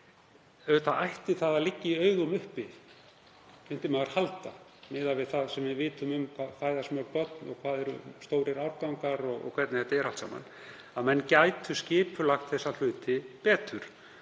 Auðvitað ætti það að liggja í augum uppi, myndi maður halda, miðað við það sem við vitum um hvað mörg börn fæðast og hversu stórir árgangar eru og hvernig þetta er allt saman, að menn gætu skipulagt þessa hluti betur.